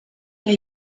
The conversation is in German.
der